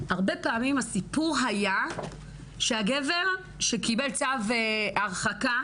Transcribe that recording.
הרבה פעמים הסיפור היה שהגבר שקיבל צו הרחקה